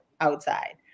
outside